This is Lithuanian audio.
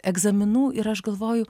egzaminų ir aš galvoju